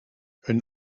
een